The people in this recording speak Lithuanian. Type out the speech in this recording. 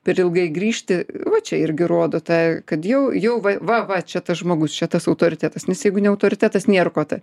per ilgai grįžti va čia irgi rodo tą kad jau jau va va va čia tas žmogus čia tas autoritetas nes jeigu ne autoritetas nieko tą